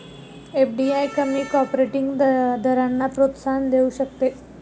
FDI कमी corporate दरांना प्रोत्साहन देऊ शकते